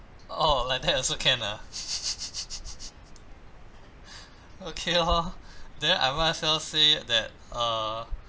oh like that also can ah okay lor then I might as well say that uh